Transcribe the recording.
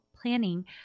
planning